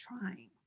trying